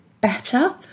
better